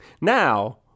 Now